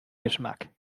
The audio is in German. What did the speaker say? geschmack